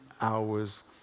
hours